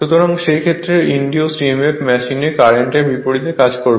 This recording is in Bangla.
সুতরাং সেই ক্ষেত্রে ইন্ডিউজড emf মেশিনে কারেন্ট এর বিপরীতে কাজ করবে